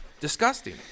Disgusting